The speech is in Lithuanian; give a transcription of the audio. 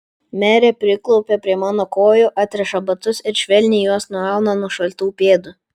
merė priklaupia prie mano kojų atriša batus ir švelniai juos nuauna nuo šaltų pėdų